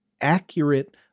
accurate